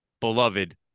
beloved